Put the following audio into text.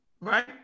Right